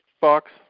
Fox